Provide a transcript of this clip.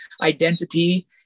identity